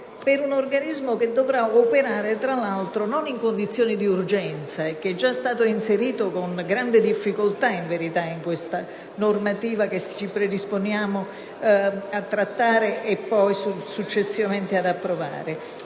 per un organismo che dovrà operare, tra l'altro, non in condizioni di urgenza e che è già stato inserito con grandi difficoltà in questa normativa che ci apprestiamo a trattare e successivamente ad approvare.